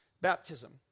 baptism